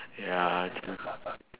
ya true true